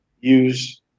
use